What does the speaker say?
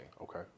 Okay